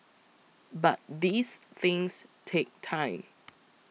but these things take time